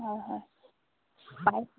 হয় হয় হয়